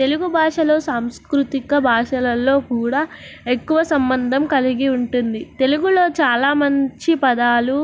తెలుగు భాషలో సాంస్కృతిక భాషలలో కూడా ఎక్కువ సంబంధం కలిగి ఉంటుంది తెలుగులో చాలా మంచి పదాలు